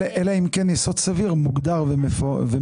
אלא אם כן יסוד סביר מוגדר ומבואר.